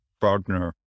partner